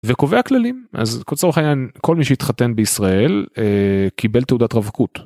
וקובע כללים. אז קוצו הענין כל מי שהתחתן בישראל קיבל תעודת רווקות.